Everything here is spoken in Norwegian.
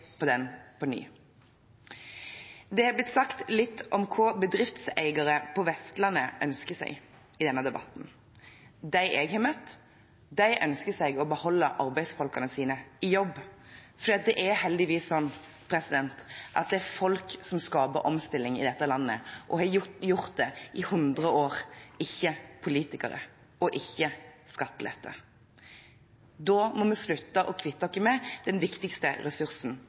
på den på ny. Det har blitt sagt litt i denne debatten om hva bedriftseiere på Vestlandet ønsker seg. Dem jeg har møtt, ønsker å beholde arbeidsfolkene sine i jobb, for det er heldigvis slik at det er folk som skaper omstilling i dette landet – og har gjort det i 100 år – ikke politikere og ikke skattelette. Da må vi slutte med å kvitte oss med den viktigste ressursen